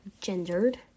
gendered